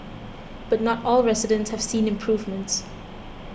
but not all residents have seen improvements